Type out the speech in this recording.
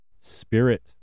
Spirit